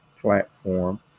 platform